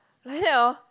like that oh